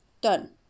Done